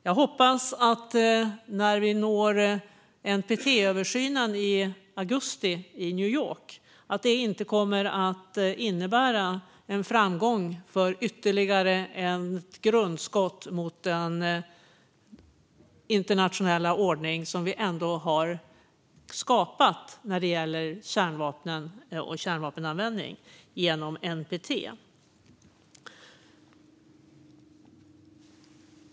Jag hoppas att detta, när vi når NPT-översynen i New York i augusti, inte kommer att innebära en framgång för ytterligare grundskott mot den internationella ordning som vi har skapat när det gäller kärnvapen och kärnvapenanvändning genom NPT.